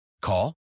Call